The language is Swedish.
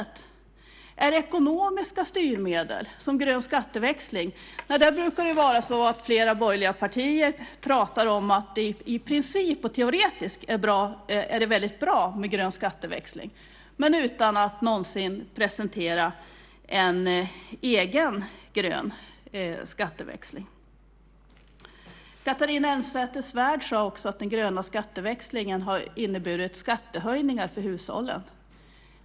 Är det då fråga om ekonomiska styrmedel, såsom grön skatteväxling? Nej, där brukar flera borgerliga partier tala om att det i princip och teoretiskt är väldigt bra med grön skatteväxling men utan att någonsin presentera en egen grön skatteväxling. Catharina Elmsäter-Svärd sade också att den gröna skatteväxlingen har inneburit skattehöjningar för hushållen.